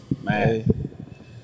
Man